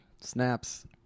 Snaps